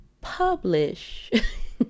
publish